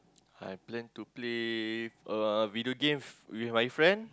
I plan to play uh video games with my friend